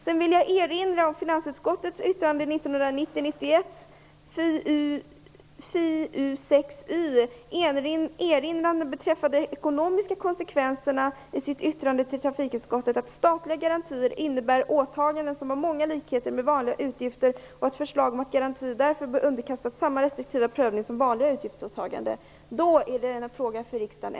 Jag vill erinra om ett yttrande från finansutskottet till trafikutskottet 1990/91 beträffande de ekonomiska konsekvenserna. Där sägs att statliga garantier innebär åtaganden som har många likheter med vanliga utgifter och att förslag om garanti därför bör underkastas samma restriktiva prövning som vanliga utgiftsåtaganden. Då är det ändå en fråga för riksdagen.